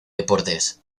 deportes